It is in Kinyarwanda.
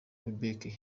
quebec